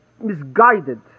misguided